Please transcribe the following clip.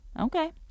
okay